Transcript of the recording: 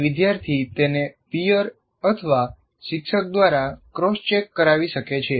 પછી વિદ્યાર્થી તેને પીઅર અથવા શિક્ષક દ્વારા ક્રોસ ચેક કરાવી શકે છે